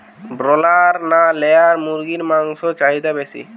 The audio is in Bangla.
ব্রলার না লেয়ার মুরগির মাংসর চাহিদা বেশি?